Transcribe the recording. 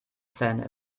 zähne